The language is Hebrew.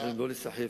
אני מבקש לא להיסחף.